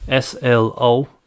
slo